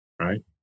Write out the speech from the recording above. Right